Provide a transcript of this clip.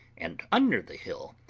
and under the hill,